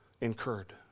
incurred